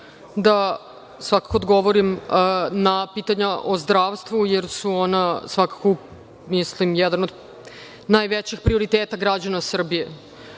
da svakako odgovorim na pitanja o zdravstvu jer su ona jedan od najvećih prioriteta građana Srbije. Što